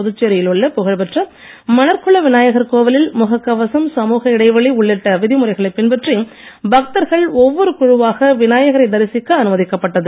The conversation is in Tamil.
புதுச்சேரியில் உள்ள புகழ்பெற்ற மணற்குள விநாயகர் கோவிலில் முகக் கவசம் சமூக இடைவெளி உள்ளிட்ட விதிமுறைகளை பின்பற்றி பக்தர்கள் ஒவ்வொரு குழுவாக விநாயகரை தரிசிக்க அனுமதிக்கப்பட்டது